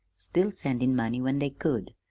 still sendin' money when they could,